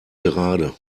gerade